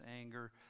anger